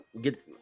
get